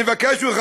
אני מבקש ממך,